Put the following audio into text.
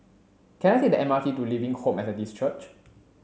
can I take the M R T to Living Hope Methodist Church